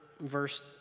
verse